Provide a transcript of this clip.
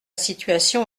situation